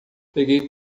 peguei